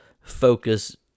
focus